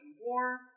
War